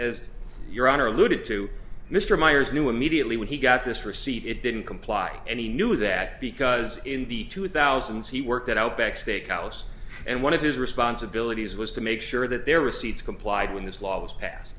as your honor alluded to mr myers knew immediately when he got this receipt it didn't comply and he knew that because in the two thousand he worked at outback steakhouse and one of his responsibilities was to make sure that their receipts complied with this law was passed